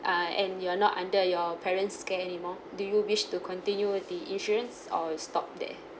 uh and you are not under your parents' care anymore do you wish to continue the insurance or stop there